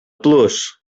plus